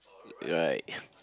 right